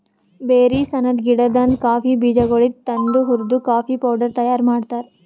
berries ಅನದ್ ಗಿಡದಾಂದ್ coffee ಬೀಜಗೊಳಿಗ್ ತಂದು ಹುರ್ದು ಕಾಫಿ ಪೌಡರ್ ತೈಯಾರ್ ಮಾಡ್ತಾರ್